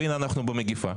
והנה, אנחנו במגפה.